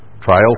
Trial